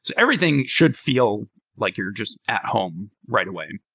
everything should feel like you're just at home right away.